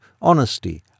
honesty